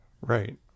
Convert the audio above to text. Right